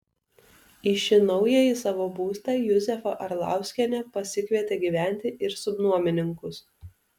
į šį naująjį savo būstą juzefa arlauskienė pasikvietė gyventi ir subnuomininkus